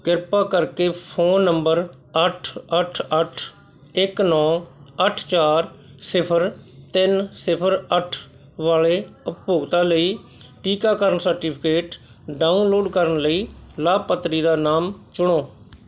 ਕਿਰਪਾ ਕਰਕੇ phone number ਅੱਠ ਅੱਠ ਅੱਠ ਇੱਕ ਨੌ ਅੱਠ ਚਾਰ ਸਿਫਰ ਤਿੰਨ ਸਿਫਰ ਅੱਠ ਵਾਲੇ ਉਪਭੋਗਤਾ ਲਈ ਟੀਕਾਕਰਨ ਸਰਟੀਫਿਕੇਟ ਡਾਊਨਲੋਡ ਕਰਨ ਲਈ ਲਾਭਪਾਤਰੀ ਦਾ ਨਾਮ ਚੁਣੋ